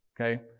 okay